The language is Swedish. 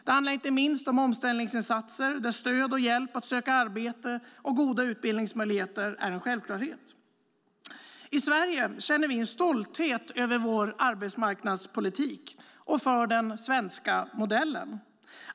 Det handlar inte minst om omställningsinsatser, där stöd och hjälp att söka arbete och goda utbildningsmöjligheter är en självklarhet. I Sverige känner vi en stolthet över vår arbetsmarknadspolitik och över den svenska modellen.